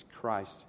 Christ